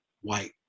white